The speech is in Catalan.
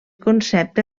concepte